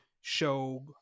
show